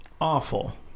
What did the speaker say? awful